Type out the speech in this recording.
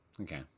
okay